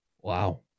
Wow